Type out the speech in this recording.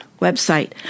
website